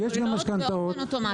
הן עולות באופן אוטומטי.